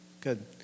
good